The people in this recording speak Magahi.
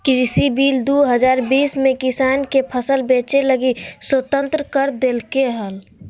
कृषि बिल दू हजार बीस में किसान के फसल बेचय लगी स्वतंत्र कर देल्कैय हल